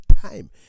time